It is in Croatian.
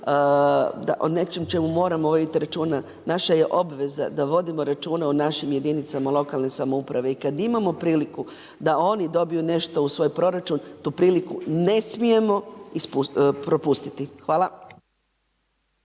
o nečem o čemu moramo voditi računa. Naša je obveza da vodimo računa o našim jedinicama lokalne samouprave. I kada imamo priliku da oni dobiju nešto u svoj proračun, tu priliku ne smijemo propustiti. Hvala.